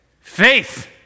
Faith